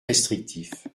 restrictif